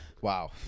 Wow